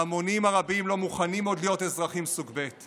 ההמונים הרבים לא מוכנים עוד להיות אזרחים סוג ב'.